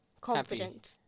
confident